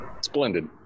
Splendid